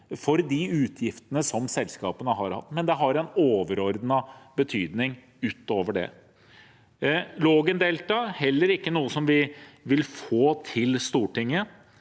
for de utgiftene som selskapene har hatt, men det har en overordnet betydning utover det. Lågendeltaet er heller ikke noe som vi vil få til Stortinget,